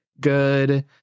good